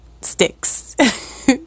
sticks